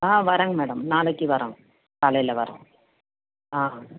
ஆ வரேங்க மேடம் நாளைக்கு வரோம் காலையில் வரோம் ஆ